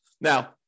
Now